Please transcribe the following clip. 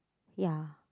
ya